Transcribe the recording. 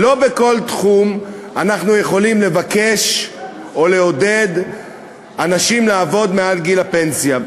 לא בכל תחום אנחנו יכולים לבקש או לעודד אנשים לעבוד מעל גיל הפנסיה,